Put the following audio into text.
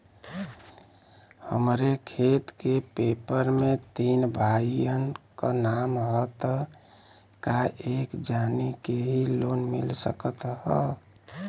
हमरे खेत के पेपर मे तीन भाइयन क नाम ह त का एक जानी के ही लोन मिल सकत ह?